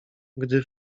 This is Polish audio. gdy